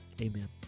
Amen